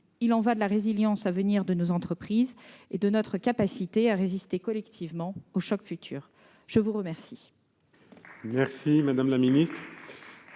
Il y va de la résilience à venir de nos entreprises et de notre capacité à résister collectivement aux chocs futurs. La parole